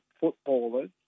footballers